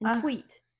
Tweet